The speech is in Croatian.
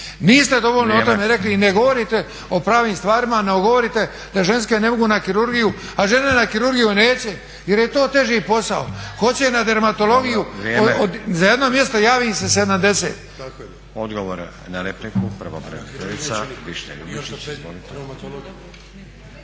Niste dovoljno o tome rekli i ne govorite o pravim stvarima nego govorite da ženske ne mogu na kirurgiju, a žene na kirurgiju neće jer je to teži posao. Hoće na dermatologiju, za jedno mjesto javi im se 70.